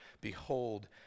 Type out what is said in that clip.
Behold